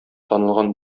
танылган